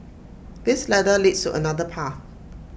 this ladder leads to another path